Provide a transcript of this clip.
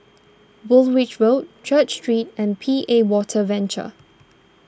Woolwich Road Church Street and P A Water Venture